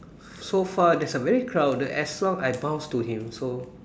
so far there's a very crowded as long I bounce to him so